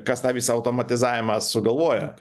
kas tą visą automatizavimą sugalvoja